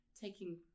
taking